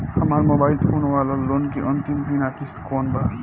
हमार mobile phone वाला loan के अंतिम महिना किश्त कौन बा?